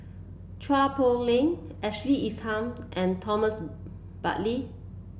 Chua Poh Leng Ashley Isham and Thomas Braddell